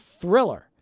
thriller